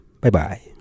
bye-bye